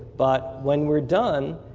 but when we're done,